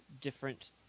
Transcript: different